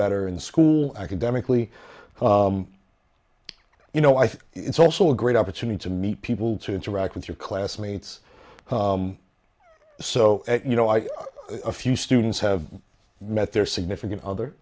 better in school academically you know i think it's also a great opportunity to meet people to interact with your classmates so you know i a few students have met their significant other